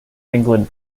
england